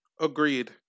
Agreed